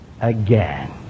again